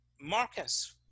Marcus